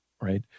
right